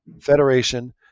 Federation